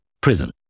prison